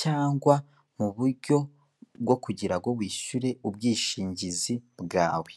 cyangwa mu buryo bwo kugira ngo wishyure ubwishingizi bwawe.